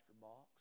box